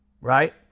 right